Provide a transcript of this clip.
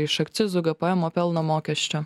iš akcizo gpmo pelno mokesčio